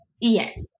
yes